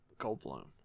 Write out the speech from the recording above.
Goldblum